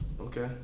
Okay